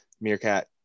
Meerkat